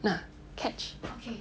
拿 catch